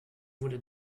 wurde